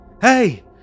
Hey